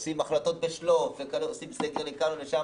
עושים החלטות ב"שלוף", עושים סגר לכאן או לשם